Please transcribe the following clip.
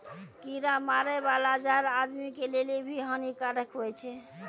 कीड़ा मारै बाला जहर आदमी के लेली भी हानि कारक हुवै छै